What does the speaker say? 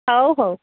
ହଉ ହଉ